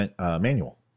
Manual